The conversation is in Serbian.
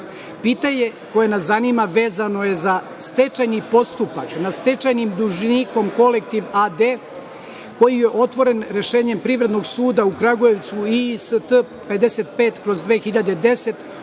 koje nas zanima vezano je za stečajni postupak nad stečajnim dužnikom „Kolektiv“ a.d. koji je otvoren rešenjem Privrednog suda u Kragujevcu IST55/2010, od 2.